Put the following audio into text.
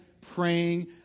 praying